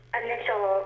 initial